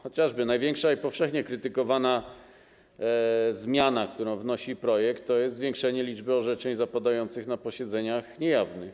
Chociażby największa i powszechnie krytykowana zmiana, którą wnosi projekt, to jest zwiększenie liczby orzeczeń zapadających na posiedzeniach niejawnych.